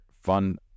fun